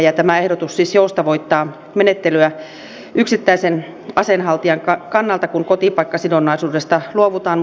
tämä ehdotus siis joustavoittaa menettelyä yksittäisen aseenhaltijan kannalta kun kotipaikkasidonnaisuudesta luovutaan